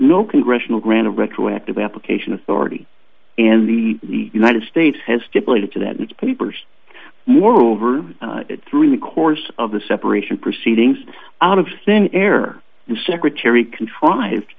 no congressional grant of retroactive application authority and the united states has depleted to that its peepers moreover through the course of the separation proceedings out of thin air the secretary contrived